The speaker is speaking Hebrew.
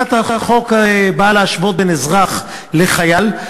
הצעת החוק באה להשוות אזרח לחייל.